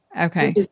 Okay